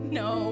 no